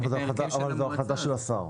זאת החלטה של השר.